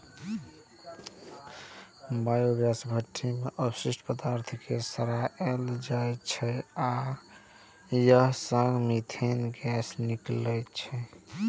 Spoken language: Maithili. बायोगैस भट्ठी मे अवशिष्ट पदार्थ कें सड़ाएल जाइ छै आ अय सं मीथेन गैस निकलै छै